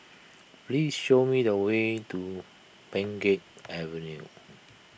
please show me the way to Pheng Geck Avenue